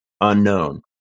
unknown